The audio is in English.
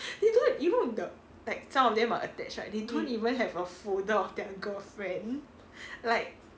you know even with the fact some of them are attached right they don't even have a folder of their girlfriend like